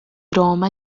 roma